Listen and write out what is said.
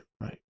right